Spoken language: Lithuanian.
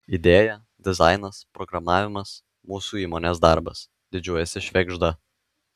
idėja dizainas programavimas mūsų įmonės darbas didžiuojasi švėgžda